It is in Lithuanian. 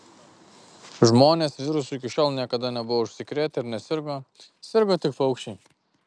žmonės virusu iki šiol niekada nebuvo užsikrėtę ir nesirgo sirgo tik paukščiai